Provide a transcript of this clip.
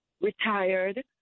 retired